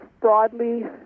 broadly